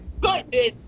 goodness